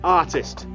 artist